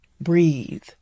breathe